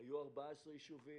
היו 14 ישובים.